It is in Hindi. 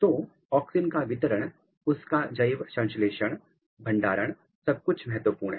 तो ऑक्सिन का वितरण उसका जैवसंश्लेषण भंडारण सब कुछ महत्वपूर्ण है